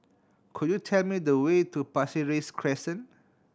could you tell me the way to Pasir Ris Crescent